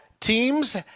teams